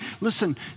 listen